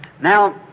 Now